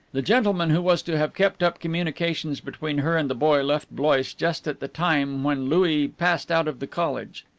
the gentleman who was to have kept up communications between her and the boy left blois just at the time when louis passed out of the college.